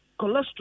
cholesterol